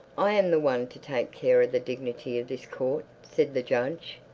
i am the one to take care of the dignity of this court, said the judge.